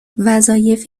وظایف